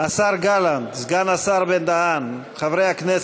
השר גלנט, סגן השר בן-דהן, חברי הכנסת,